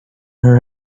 her